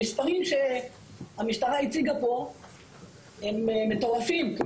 המספרים שהמשטרה הציגה פה הם מטורפים.